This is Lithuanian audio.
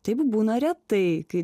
taip būna retai kai